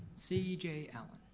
c j. allen,